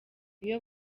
iyo